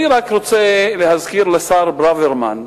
אני רק רוצה להזכיר לשר ברוורמן,